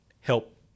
help